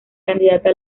candidata